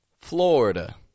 Florida